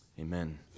Amen